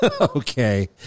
Okay